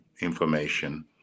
information